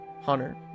Hunter